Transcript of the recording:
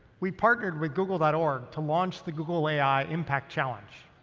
we partnered with google dot org to launch the google ai impact challenge.